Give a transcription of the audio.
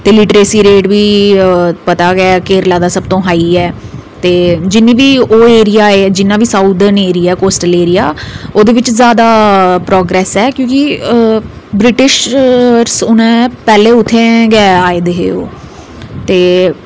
ते literacy rate बी पता गै ऐ केरला दा सबतूं हाई ऐ ते जिन्ना बी ओह् एरिया ऐ जिन्ना बी साउथर्न एरिया कोस्टल एरिया ओह्दे बिच जैदा प्रोगरैस ऐ क्योंकि ब्रीटिश ने पैह्लें उत्थै गै आए दे हे ओह् ते